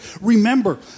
Remember